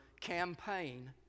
campaign